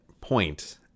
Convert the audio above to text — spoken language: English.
point